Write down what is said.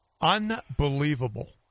Unbelievable